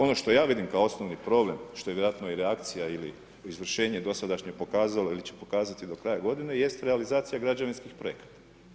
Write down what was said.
Ono što ja vidim kao osnovni problem što je vjerojatno i reakcija ili izvršenje dosadašnje pokazalo ili će pokazati do kraja godine jest realizacija građevinskih projekata.